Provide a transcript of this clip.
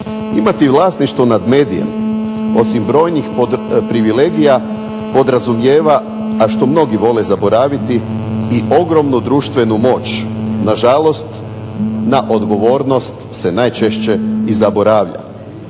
Imati vlasništvo nad medijem, osim brojnih privilegija podrazumijeva a što mnogi vole zaboraviti i ogromnu društvenu moć. Nažalost, na odgovornost se najčešće i zaboravlja.